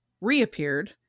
reappeared